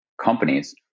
companies